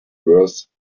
worse